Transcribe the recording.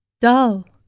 Dull